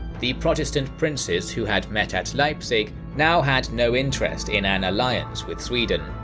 the protestant princes who had met at leipzig now had no interest in an alliance with sweden,